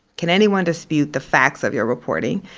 can anyone dispute the facts of your reporting,